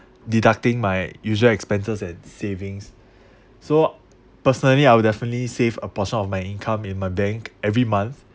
deducting my usual expenses and savings so personally I would definitely save a portion of my income in my bank every month